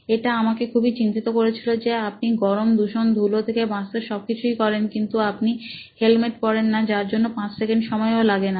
এটা আমাকে খুবই চিন্তিত করেছিল যে আপনি গরম দূষণ ধুলো থেকে বাঁচতে সব কিছুই করেন কিন্তু আপনি হেলমেট পড়েন না যার জন্য 5 সেকেন্ড সময়ও লাগেনা